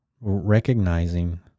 recognizing